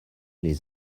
les